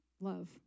love